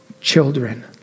Children